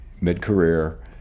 mid-career